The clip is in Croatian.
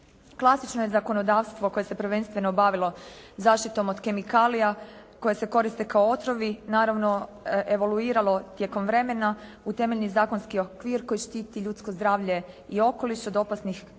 Klasično je zakonodavstvo koje se prvenstveno bavilo zaštitom od kemikalija koje se koriste kao otrovi, naravno evoluiralo tijekom vremena, u temeljni zakonski okvir koji štiti ljudsko zdravlje i okoliš od opasnih kemikalija,